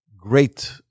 great